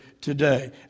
today